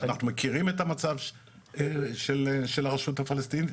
אנחנו מכירים את המצב של הרשות הפלסטינית,